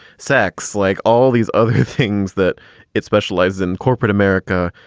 sex, like all these other things that it specializes in corporate america,